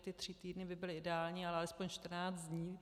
Ty tři týdny by byly ideální, ale alespoň čtrnáct dní.